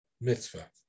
mitzvah